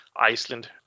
Iceland